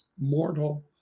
mortal